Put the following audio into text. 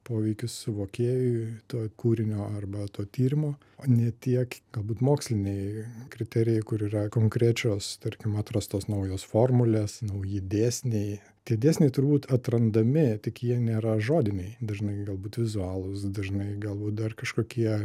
poveikis suvokėjui to kūrinio arba to tyrimo o ne tiek galbūt moksliniai kriterijai kur yra konkrečios tarkim atrastos naujos formulės nauji dėsniai tie dėsniai turbūt atrandami tik jie nėra žodiniai dažnai galbūt vizualūs dažnai galbūt dar kažkokie